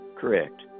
Correct